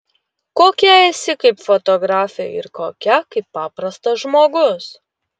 kokia esi kaip fotografė ir kokia kaip paprastas žmogus